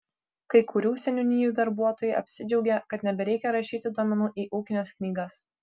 kai kurių seniūnijų darbuotojai apsidžiaugė kad nebereikia rašyti duomenų į ūkines knygas